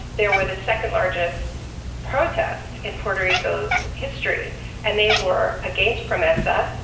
there were the second largest protest in puerto rico's history and they were against promesa,